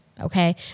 okay